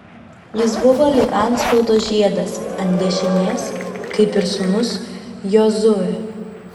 jis buvo lyg antspaudo žiedas ant dešinės kaip ir sūnus jozuė